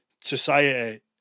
society